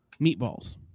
Meatballs